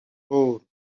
کرد